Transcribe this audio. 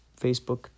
Facebook